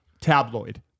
Tabloid